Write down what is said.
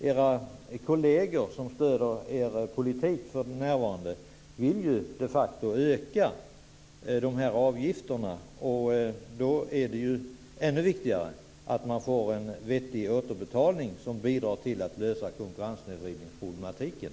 Era kolleger som för närvarande stöder er politik vill de facto öka de här avgifterna. Därför är det ännu viktigare att få en vettig återbetalning som bidrar till att lösa konkurrenssnedvridningsproblematiken.